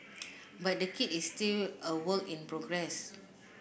but the kit is still a work in progress